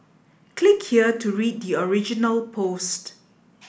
click here to read the original post